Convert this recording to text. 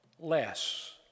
less